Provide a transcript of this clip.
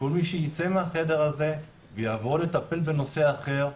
כל מי שיצא מהחדר הזה ויעבור לטפל בנושא אחר,